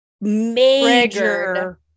major